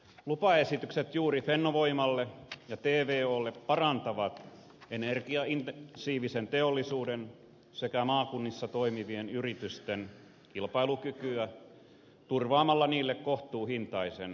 lupaesitykset juuri fennovoimalle ja tvolle parantavat energiaintensiivisen teollisuuden sekä maakunnissa toimivien yritysten kilpailukykyä turvaamalla niille kohtuuhintaisen sähkön